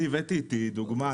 אני הבאתי איתי דוגמה,